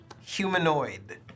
Humanoid